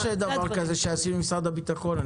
יש דבר כזה שעשינו עם משרד הביטחון.